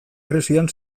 krisian